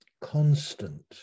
constant